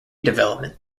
development